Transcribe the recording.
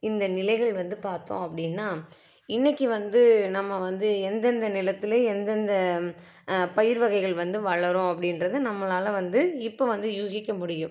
இந்த நிலைகள் வந்து பார்த்தோம் அப்படின்னா இன்றைக்கி வந்து நம்ம வந்து எந்தெந்த நிலத்தில் எந்தெந்த பயிர் வகைகள் வந்து வளரும் அப்படின்றது நம்மளால் வந்து இப்போ வந்து யூகிக்க முடியும்